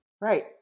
right